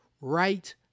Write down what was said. Right